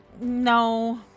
No